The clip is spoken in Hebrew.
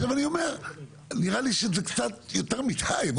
אני אומר שנראה לי שזה קצת יותר מדי,